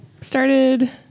Started